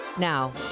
Now